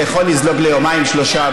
זה יכול לזלוג ליומיים-שלושה,